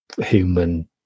human